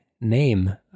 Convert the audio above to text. name